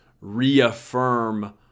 reaffirm